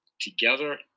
together